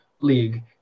league